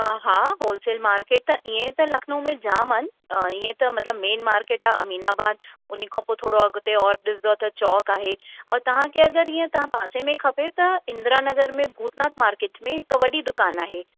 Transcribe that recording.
हा हा wholesale market त इएं त लखनऊ में जाम आहिनि इएं त मतिलब मेन मार्केट आहे अमीनाबाद उनखां पोइ थोरो अॻिते और ॾिसदव त चौक आहे और तव्हांखे अगरि ईअं तव्हां पासे में खपे त इंद्रा नगर में भूतनाथ मार्केट में हिक वॾी दुकान आहे